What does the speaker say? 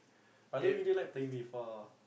but I don't really like playing FIFA lah